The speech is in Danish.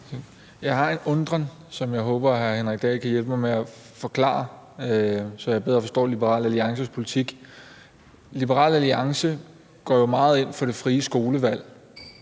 Jeg har en undren, som jeg håber at hr. Henrik Dahl kan hjælpe mig med at få forklaret, så jeg bedre forstår Liberal Alliances politik. Liberal Alliance går jo meget ind for det frie skolevalg.